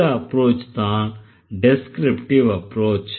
இந்த அப்ரோச்தான் descriptive approach